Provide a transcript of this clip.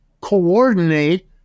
coordinate